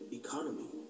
economy